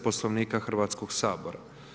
Poslovnika Hrvatskog sabora.